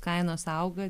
kainos auga